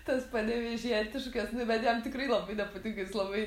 tas panevėžietiškas nu bet jam tikrai labai nepatinka jis labai